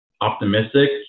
optimistic